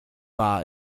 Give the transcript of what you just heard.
bar